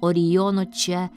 orijono čia